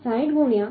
60 ગુણ્યા 45